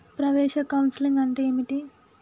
ప్రవేశ కౌన్సెలింగ్ అంటే ఏమిటి?